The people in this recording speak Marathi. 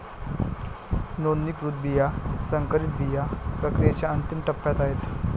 नोंदणीकृत बिया संकरित बिया प्रक्रियेच्या अंतिम टप्प्यात आहेत